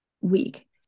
week